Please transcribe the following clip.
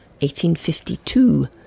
1852